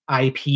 IP